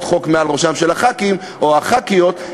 חוק מעל ראשם של חברי הכנסת או חברות הכנסת,